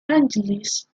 angeles